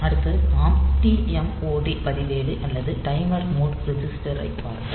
அடுத்து நாம் TMOD பதிவேடு அல்லது டைமர் மோட் ரிஜிஸ்டர் ஐ பார்ப்போம்